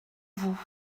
vous